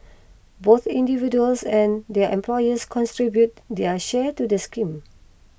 both individuals and their employers contribute their share to the scheme